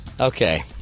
Okay